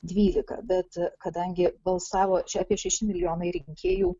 dvylika bet kadangi balsavo čia apie šeši milijonai rinkėjų